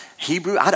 Hebrew